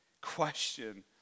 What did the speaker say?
question